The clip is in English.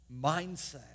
mindset